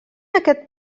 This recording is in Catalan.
aquest